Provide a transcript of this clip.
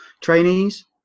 trainees